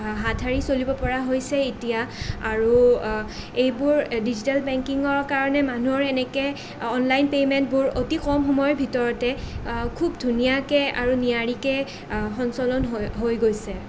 হাত সাৰি চলিব পৰা হৈছে এতিয়া আৰু এইবোৰ ডিজিটেল বেংকিঙৰ কাৰণে মানুহৰে এনেকৈ অনলাইন পেমেণ্টবোৰ অতি কম সময়ৰ ভিতৰতে খুব ধুনীয়াকৈ আৰু নিয়াৰিকৈ সঞ্চালন হৈ হৈ গৈছে